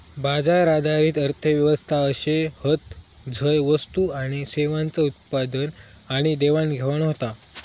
बाजार आधारित अर्थ व्यवस्था अशे हत झय वस्तू आणि सेवांचा उत्पादन आणि देवाणघेवाण होता